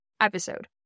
episode